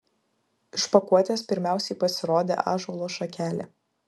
iš pakuotės pirmiausiai pasirodė ąžuolo šakelė